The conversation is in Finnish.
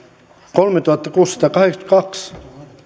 kolmetuhattakuusisataakahdeksankymmentäkaksi